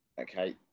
okay